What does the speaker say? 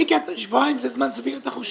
מיקי, שבועיים זה זמן סביר, אתה חושב.